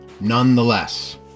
nonetheless